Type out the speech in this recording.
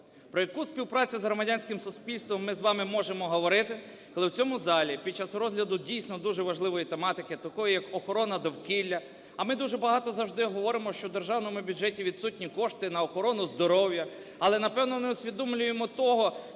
Про яку співпрацю з громадянським суспільством ми з вами можемо говорити, коли в цьому залі, під час розгляду, дійсно, дуже важливої тематики, такої, як охорона довкілля… А ми дуже багато завжди говоримо, що в державному бюджеті відсутні кошти на охорону здоров'я. Але, напевно, не усвідомлюємо того,